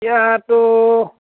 এতিয়াতো